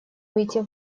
выйти